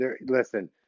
Listen